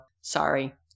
sorry